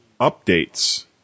updates